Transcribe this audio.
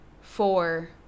four